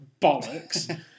bollocks